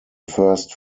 first